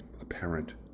apparent